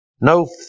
No